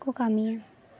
ᱠᱚ ᱠᱟᱹᱢᱤᱭᱟ